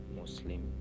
Muslim